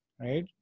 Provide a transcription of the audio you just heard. right